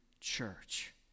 church